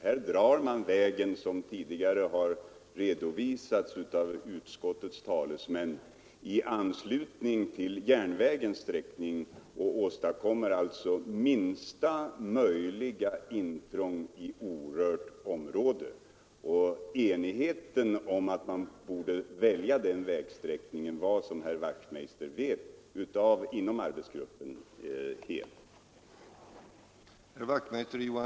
Här drar man vägen, som tidigare har redovisats av utskottets talesmän, i anslutning till järnvägens sträckning och åstadkommer alltså minsta möjliga intrång i orörda områden. Enigheten inom arbetsgruppen om att man borde välja den vägsträckningen var, som herr Wachtmeister vet, fullständig.